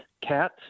cat